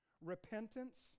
repentance